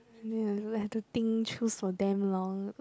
ya I will have think through for damn long